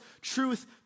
truth